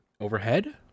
Overhead